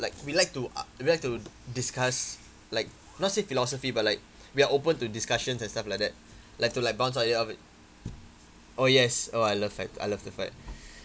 like we like to we like to discuss like not say philosophy but like we are open to discussions and stuff like that like to like bounce out already oh yes oh I love fight I love the fight